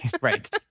Right